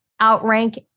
outrank